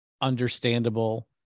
understandable